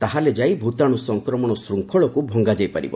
ତାହେଲେ ଯାଇ ଭୂତାଣୁ ସଂକ୍ରମଣ ଶୂଙ୍ଖଳକୁ ଭଙ୍ଗାଯାଇ ପାରିବ